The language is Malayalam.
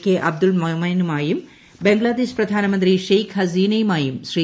കെ അബ്ദുൾ മൊമെനുമായും ബംഗ്ലാദേശ് പ്രധാനമന്ത്രി ഷേയ്ഖ് ഹസീനയുമായും ശ്രീ